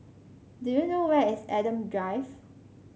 do you know where is Adam Drive